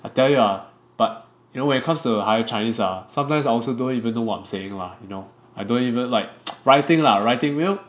I tell you ah but you know when it comes to higher Chinese ah sometimes I also don't even know what I'm saying lah you know I don't even like writing lah writing you know